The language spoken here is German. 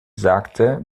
sagte